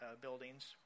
buildings